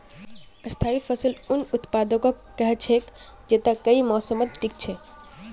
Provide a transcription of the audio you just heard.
स्थाई फसल उन उत्पादकक कह छेक जैता कई मौसमत टिक छ